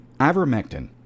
Ivermectin